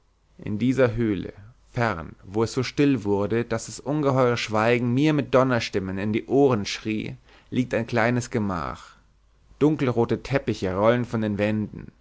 in dieser höhle fern wo es so still wurde daß das ungeheure schweigen mir mit donnerstimmen in die ohren schrie liegt ein kleines gemach dunkelrote teppiche rollen von den wänden